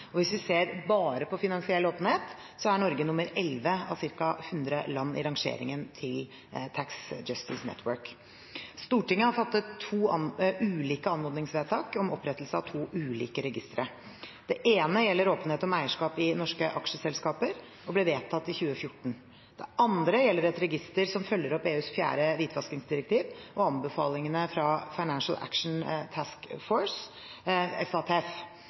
Hvis vi ser bare på finansiell åpenhet, er Norge nummer 11 av ca. 100 land i rangeringen til Tax Justice Network. Stortinget har fattet to ulike anmodningsvedtak om opprettelse av to ulike registre. Det ene gjelder åpenhet om eierskap i norske aksjeselskaper og ble vedtatt i 2014, det andre gjelder et register som følger opp EUs fjerde hvitvaskingsdirektiv og anbefalingene fra Financial Action Task Force,